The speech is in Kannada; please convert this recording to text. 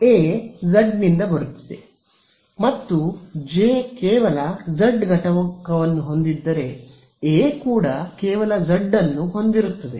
A ಜೆ ನಿಂದ ಬರುತ್ತಿದೆ ಮತ್ತು ಜೆ ಕೇವಲ z ಘಟಕವನ್ನು ಹೊಂದಿದ್ದರೆ ಎ ಕೂಡ ಕೇವಲ z ಡ್ ಅನ್ನು ಹೊಂದಿರುತ್ತದೆ